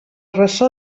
ressò